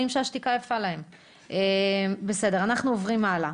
אנחנו עוברים הלאה.